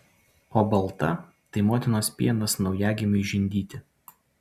o balta tai motinos pienas naujagimiui žindyti